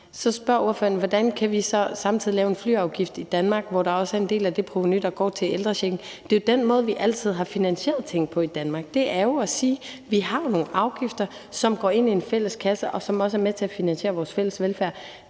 Så spørger ordføreren: Hvordan kan vi så samtidig lave en flyafgift i Danmark, hvor også en del af det provenu går til ældrechecken? Det er jo den måde, vi altid har finansieret ting på i Danmark. Det er jo ved at sige: Vi har nogle afgifter, som går ind i en fælles kasse, og som også er med til at finansiere vores fælles velfærd.